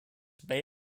may